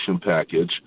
package